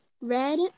Red